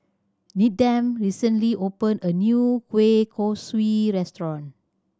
Needham recently opened a new kueh kosui restaurant